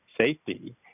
safety